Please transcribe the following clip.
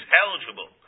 eligible